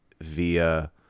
via